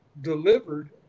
delivered